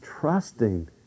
trusting